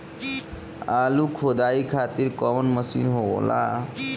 आलू खुदाई खातिर कवन मशीन होला?